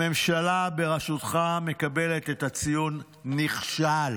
הממשלה בראשותך מקבלת את הציון נכשל